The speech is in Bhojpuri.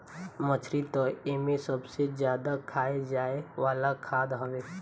मछरी तअ एमे सबसे ज्यादा खाए जाए वाला खाद्य हवे